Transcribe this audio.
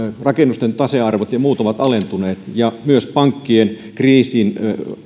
rakennusten tasearvot ja muut ovat alentuneet ja myös pank kien kriisin